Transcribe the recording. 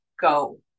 go